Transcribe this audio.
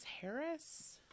Harris